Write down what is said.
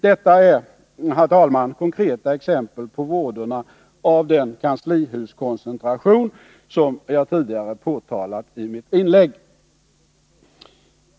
Detta är, herr talman, konkreta exempel på vådorna av den kanslihuskoncentration som jag tidigare påtalat i mitt inlägg.